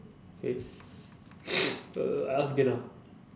K uh I ask again ah